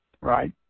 right